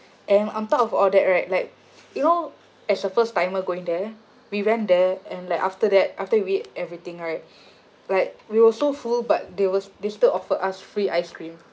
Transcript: and on top of all that right like you know as a first-timer going there we went there and like after that after we ate everything right like we were so full but they was they still offer us free ice cream